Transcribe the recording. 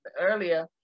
earlier